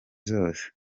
zose